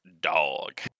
DOG